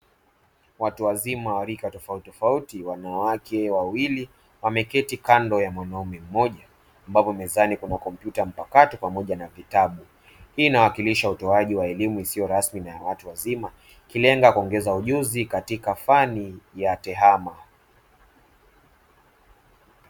Watu wazima wa rika tofautitofauti wanawake wawili, wameketi kando ya mwanaume mmoja wapo mezani kuna kompyuta mpakato pamoja na vitabu, hii inawakilisha utoaji wa elimu isiyo rasmi na ya watu wazima ikilenga kuongeza ujuzi katika fani ya tehama.